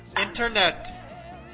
Internet